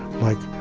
like,